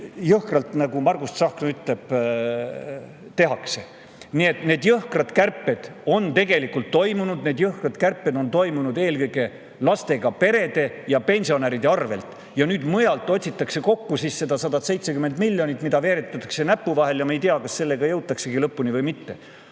jõhkralt, nagu Margus Tsahkna on öelnud. Nii et need jõhkrad kärped on tegelikult toimunud. Need jõhkrad kärped on toimunud eelkõige lastega perede ja pensionäride arvel. Ja nüüd otsitakse mujalt seda 170 miljonit, mida veeretatakse näpu vahel, ja me ei tea, kas sellega jõutaksegi lõpuni või mitte.